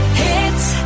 hits